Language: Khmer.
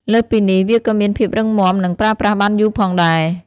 លើសពីនេះ វាក៏មានភាពរឹងមាំ និងប្រើប្រាស់បានយូរផងដែរ។